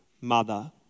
mother